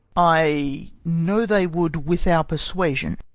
i know they would with our persuasions.